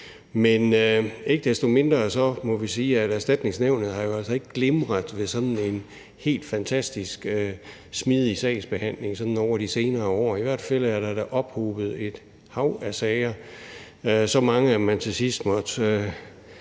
Men ikke desto mindre må vi sige, at Erstatningsnævnet ikke har glimret ved en helt fantastisk smidig sagsbehandling over de senere år. Der er i hvert fald ophobet et hav af sager – så mange, at man til sidst måtte